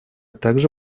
также